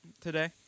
today